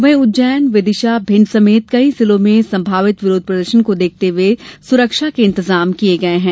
वहीं उज्जैन भिंड विदिशा समेत कई जिलों में संभावित विरोध प्रदर्शन को देखते हुये सुरक्षा के इंतजाम किये गये हैं